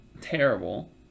terrible